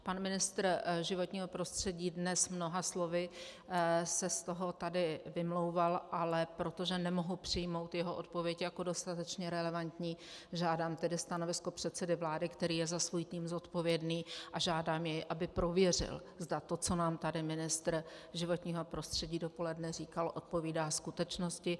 Pan ministr životního prostředí dnes mnoha slovy se z toho tady vymlouval, ale protože nemohu přijmout jeho odpověď jako dostatečně relevantní, žádám tedy stanovisko předsedy vlády, který je za svůj tým zodpovědný, a žádám jej, aby prověřil, zda to, co nám tady ministr životního prostředí dopoledne říkal, odpovídá skutečnosti.